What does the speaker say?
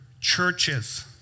churches